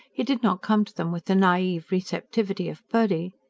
he did not come to them with the naive receptivity of purdy.